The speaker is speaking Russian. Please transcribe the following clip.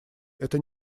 это